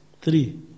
Three